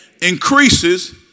increases